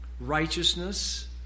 Righteousness